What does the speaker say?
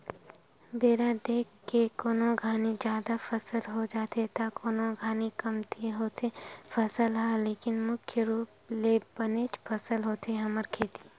बेरा देख के कोनो घानी जादा फसल हो जाथे त कोनो घानी कमती होथे फसल ह लेकिन मुख्य रुप ले बनेच फसल होथे हमर कोती